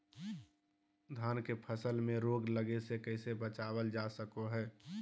धान के फसल में रोग लगे से कैसे बचाबल जा सको हय?